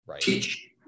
teach